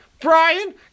Brian